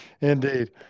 Indeed